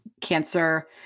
cancer